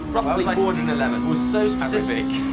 roughly four hundred and eleven. we're so specific.